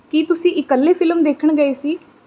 ਕੀ ਤੁਸੀਂ ਇਕੱਲੇ ਫਿਲਮ ਦੇਖਣ ਗਏ ਸੀ